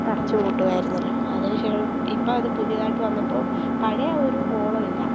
അടച്ചു പൂട്ടുക ആയിരുന്നല്ലോ അതിന് ശേ ഇപ്പം അത് പുതിയതായിട്ട് വന്നപ്പോൾ പഴയ ഒരു ഓളം ഇല്ല